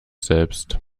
selbst